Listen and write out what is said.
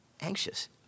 anxious